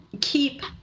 keep